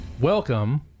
Welcome